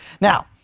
Now